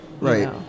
Right